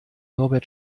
norbert